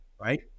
right